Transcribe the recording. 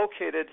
located